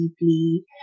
deeply